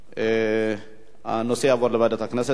הנושא יעבור לוועדת הכנסת כדי לקבוע את הוועדה